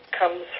comes